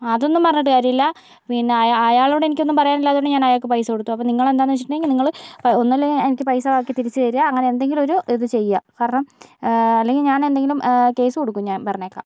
അതൊന്നും പറഞ്ഞിട്ട് കാര്യമില്ല പിന്നെ അയാൾ അയാളോട് എനിക്കൊന്നും പറയാനില്ലാത്തതുകൊണ്ടാണ് അയാൾക്ക് ഞാൻ പൈസ കൊടുത്തു നിങ്ങൾ അപ്പൊ എന്താന്ന് വെച്ചിട്ടുണ്ടെങ്കിൽ നിങ്ങൾ ഒന്നല്ലെങ്കിൽ നിങ്ങൾ പൈസ ബാക്കി തിരിച്ചു തരുക അങ്ങനെയെന്തെങ്കിലും ഒരു ഇത് ചെയ്യ കാരണം അല്ലെങ്കിൽ ഞാനെന്തെങ്കിലും കേസ് കൊടുക്കും ഞാൻ പറഞ്ഞേക്കാം